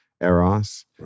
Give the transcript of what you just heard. Eros